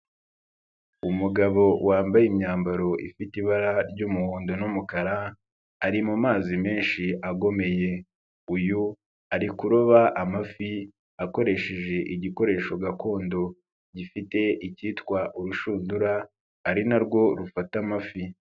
Umugabo wambaye imyambaro ifite ibara ry'umuhondo n'umukara, ari mu mazi menshi agomeye. Uyu ari kuroba amafi, akoresheje igikoresho gakondo, gifite icyitwa urushundura, ari na rwo rufata amafi.